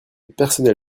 personnel